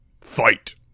Fight